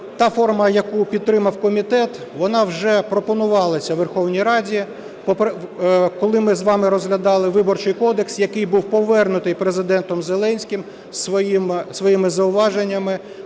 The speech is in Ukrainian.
та форма, яку підтримав комітет, вона вже пропонувалася Верховній Раді, коли ми з вами розглядали Виборчий кодекс, який був повернутий Президентом Зеленським зі своїми зауваженнями.